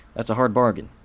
that's a hard bargain.